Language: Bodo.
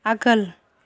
आगोल